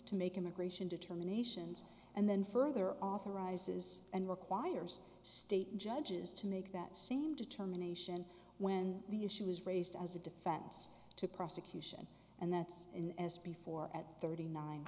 to make immigration determinations and then further authorizes and requires state judges to make that same determination when the issue is raised as a defense to prosecution and that's in as before at thirty nine